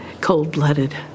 cold-blooded